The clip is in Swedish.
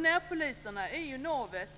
Närpoliserna är ju navet